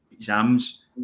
Exams